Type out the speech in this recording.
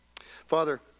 Father